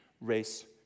race